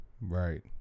right